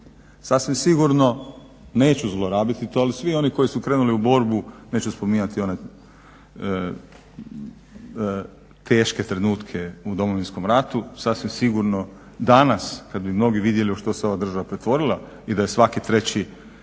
Sasvim sigurno neću zlorabiti to ali svi oni koji su krenuli u borbu, neću spominjati one teške trenutke u Domovinskom ratu, sasvim sigurno danas kada bi mnogi vidjeli u što se ova država pretvorila i da je svaki treći